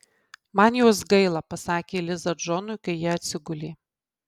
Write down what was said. man jos gaila pasakė liza džonui kai jie atsigulė